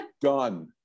Done